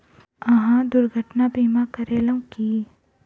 अहाँ दुर्घटना बीमा करेलौं की?